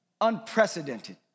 unprecedented